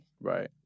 right